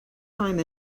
time